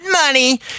money